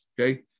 Okay